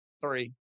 three